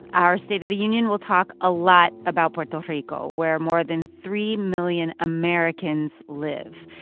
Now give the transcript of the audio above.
our state of the union will talk a lot about puerto rico, where more than three million americans live.